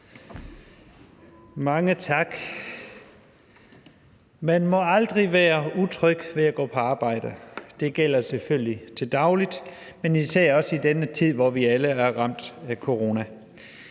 Mange tak. Man må aldrig være utryg ved at gå på arbejde. Det gælder selvfølgelig til daglig, men især også i denne tid, hvor vi alle er ramt af coronaen.